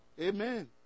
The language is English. Amen